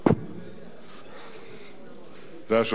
והשופט מלצר,